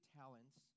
talents